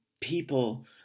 people